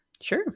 Sure